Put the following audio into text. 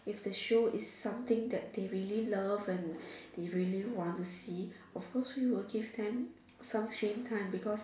if the show is something that they really love and they really want to see of course you will give them some screen time because